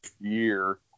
year